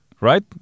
right